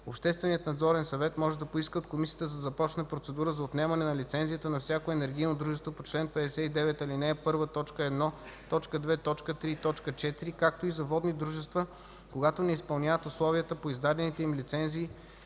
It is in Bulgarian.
Общественият надзорен съвет може да поиска от Комисията да започне процедура за отнемане на лицензията на всяко енергийно дружество по чл. 59, ал. 1, т. 1, т. 2, т. 3 и т. 4, както и за водни дружества, когато не изпълняват условията по издадените им лицензи